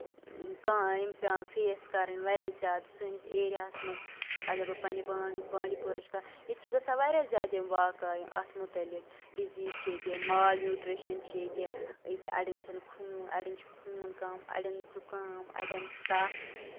یِم کانٛہہ یِم پیٚوان فیس کَرٕنۍ واریاہ زیادٕ سٲنِس ایریاہَس منٛز اَگر بہٕ پَںنہِ بانٛڈٕ بانٛڈی پورٕچ کَتھ کرٕ ییٚتہِ چھِ گژھان واریاہ زیادٕ یِم واقع اَتھ مُتعلِق ڈِزیٖز چھِ ییٚتہِ مال نوٗٹرِشن چھُ ییٚتہِ أکیٛاہ اَڈین چھُنہٕ خوٗن اَڈین چھُ خوٗن کَم اَڈین زُکام اَڈین تَپھ